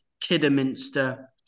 Kidderminster